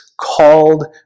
called